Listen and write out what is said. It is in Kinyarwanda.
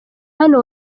hano